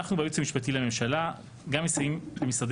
אנחנו בייעוץ המשפטי לממשלה גם מסייעים למשרדי